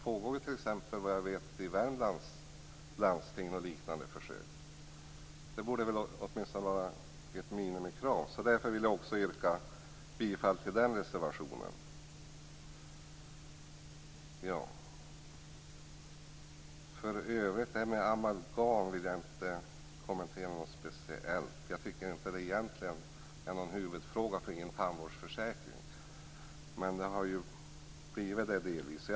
Såvitt jag förstår pågår det i Värmlands landsting liknande försök. Det borde åtminstone vara ett minimikrav. Därför vill jag yrka bifall till den reservationen. Detta med amalgam vill jag inte kommentera. Det är egentligen ingen huvudfråga i en tandvårdsförsäkring, men det har ju delvis blivit det.